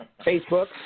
Facebook